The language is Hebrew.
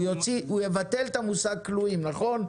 הוא יבטל את המושג כלואים נכון?